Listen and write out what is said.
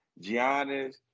giannis